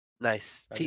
Nice